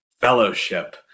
fellowship